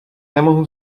nemohu